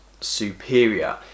superior